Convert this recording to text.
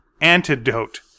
Antidote